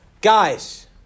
Guys